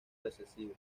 recesivo